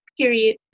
Period